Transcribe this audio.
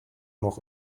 noch